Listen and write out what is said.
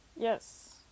Yes